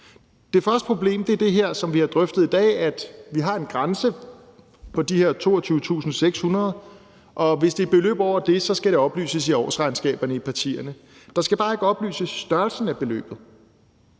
Det første problem er det, som vi har drøftet i dag, med, at vi har en grænse på de her 22.600 kr., og at hvis det er et beløb over det, skal det oplyses i årsregnskaberne i partierne; der skal bare ikke oplyses størrelsen af beløbet.